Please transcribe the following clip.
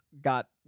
got